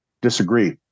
disagree